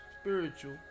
spiritual